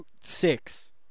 six